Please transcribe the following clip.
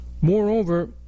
Moreover